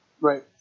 Right